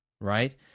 Right